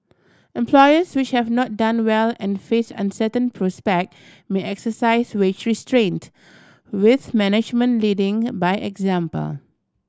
employers which have not done well and face uncertain prospect may exercise wage restraint with management leading by example